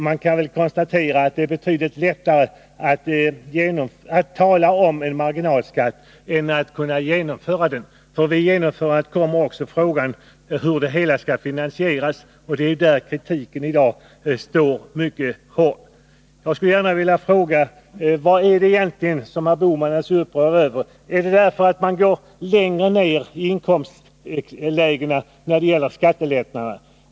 Man kan konstatera att det är betydligt lättare att tala om en marginalskattesänkning än att genomföra den. Vid genomförandet uppkommer också frågan hur det hela skall finansieras. Det är på denna punkt som kritiken i dag är mycket hård. Jag vill gärna fråga vad det egentligen är som herr Bohman är så upprörd över. Är anledningen att man går längre ner i inkomsuägena när det gäller skattelättnader?